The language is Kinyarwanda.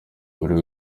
buri